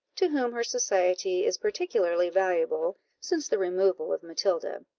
to whom her society is particularly valuable, since the removal of matilda,